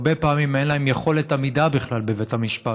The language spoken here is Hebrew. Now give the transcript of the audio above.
הרבה פעמים אין להן בכלל יכולת עמידה בבית המשפט,